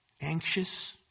Anxious